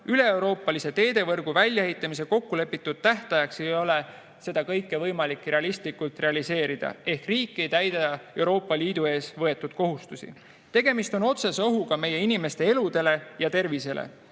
üleeuroopalise teevõrgu väljaehitamise kokkulepitud tähtajaks ei ole kõike võimalik realiseerida ehk riik ei täida Euroopa Liidu ees võetud kohustusi. Tegemist on otsese ohuga inimeste elule ja tervisele.